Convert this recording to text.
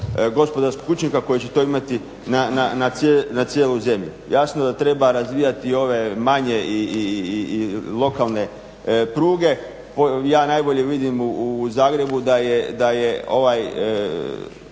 gospodarskog učinka koji će to imati na cijelu zemlju. Jasno da treba razvijati ove manje lokalne pruge, ja najbolje vidim u Zagrebu da je